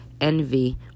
envy